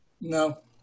No